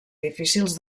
difícils